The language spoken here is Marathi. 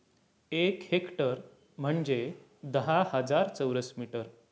एक हेक्टर म्हणजे दहा हजार चौरस मीटर